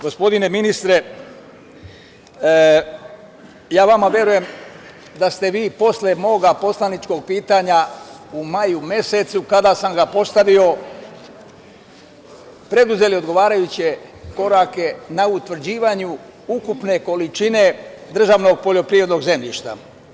Gospodine ministre, ja vama verujem da ste vi posle mog poslaničkog pitanja u maju mesecu, kada sam ga postavio, preduzeli odgovarajuće korake na utvrđivanju ukupne količine državnog poljoprivrednog zemljišta.